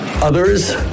others